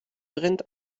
brennt